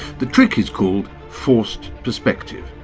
the trick is called forced perspective.